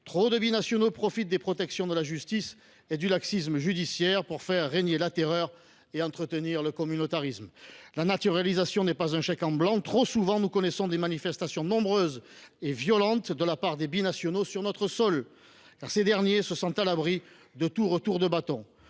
Trop de binationaux profitent des protections de la justice et du laxisme judiciaire pour faire régner la terreur et entretenir le communautarisme. La naturalisation n’est pas un chèque en blanc. Trop souvent nous connaissons des manifestations, nombreuses et violentes, de la part des binationaux sur notre sol, car ces derniers se sentent à l’abri de tout retour de bâton.